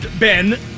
Ben